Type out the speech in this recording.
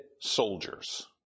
Soldiers